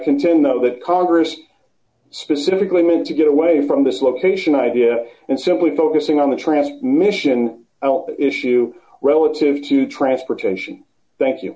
contend though that congress specifically managed to get away from this location idea and simply focusing on the transmission issue relative to transportation thank you